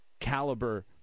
caliber